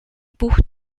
bucht